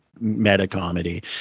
meta-comedy